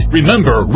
Remember